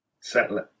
Settle